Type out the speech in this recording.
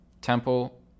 Temple